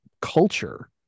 culture